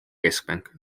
keskpank